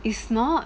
is not